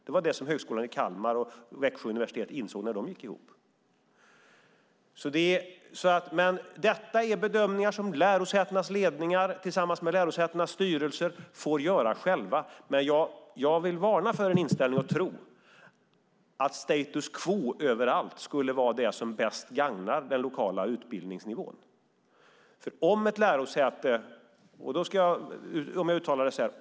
Det var det som Högskolan i Kalmar och Växjö universitet insåg när de gick ihop. Detta är bedömningar som lärosätenas ledningar tillsammans med lärosätenas styrelser får göra själva. Jag vill varna för inställningen att status quo överallt är det som bäst gagnar den lokala utbildningsnivån.